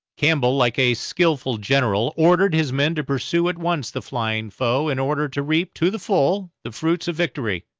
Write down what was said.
campbell, like a skilful general, ordered his men to pursue at once the flying foe, in order to reap to the full the fruits of victory,